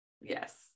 Yes